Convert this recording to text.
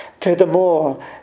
Furthermore